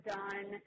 done